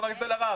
חברת הכנסת אלהרר,